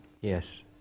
Yes